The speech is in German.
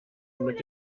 mit